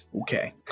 Okay